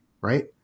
right